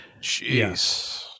jeez